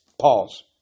pause